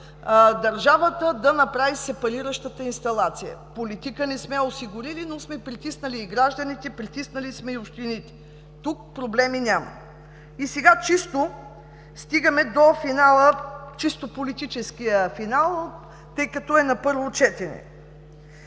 държавата да направиш сепариращата инсталация. Политика не сме осигурили, но сме притиснали и гражданите, притиснали сме и общините. Тук проблеми няма. И сега стигаме до чисто политическия финал, тъй като е на първо четене.